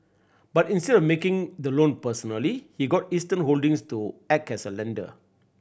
but instead of of making the loan personally he got Eastern Holdings to act as a lender